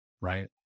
right